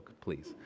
please